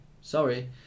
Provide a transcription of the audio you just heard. Sorry